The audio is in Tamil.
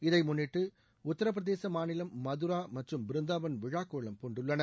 இதை முன்ளிட்டு உத்தரப்பிரதேச மாநிலம் மதுரா மற்றும் பிருந்தாவன் விழாக்கோலம் பூண்டுள்ளன